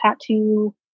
tattoo